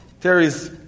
Terry's